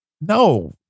no